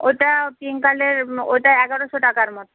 ওটা pink colour ওটা এগারোশো টাকার মতো